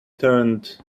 turned